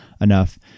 enough